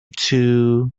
too